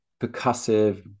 percussive